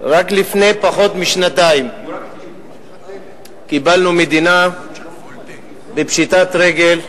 רק לפני פחות משנתיים קיבלנו מדינה בפשיטת רגל,